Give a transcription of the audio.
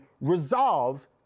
resolves